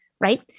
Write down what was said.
right